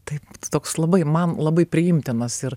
tai toks labai man labai priimtinas ir